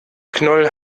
knoll